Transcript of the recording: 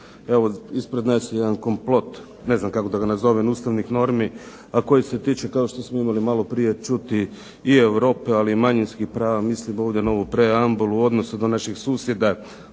Evo ispred nas je jedan kompot, ne znam kako da ga nazovem ustavnih normi a koji se tiče kao što smo imali malo prije čuti i Europe, ali i manjinskih prava. Mislim ovdje na ovu preambulu u odnosu današnjih susjeda.